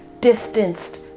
distanced